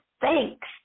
thanks